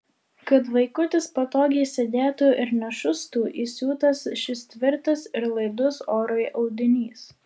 kad vaikutis patogiai sėdėtų ir nešustų įsiūtas šis tvirtas ir laidus orui audinys